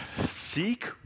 seek